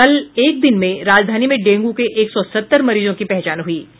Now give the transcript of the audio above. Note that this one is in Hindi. कल एक दिन में राजधानी में डेंगू के एक सौ सत्तर मरीजों की पहचान हुयी